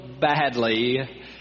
badly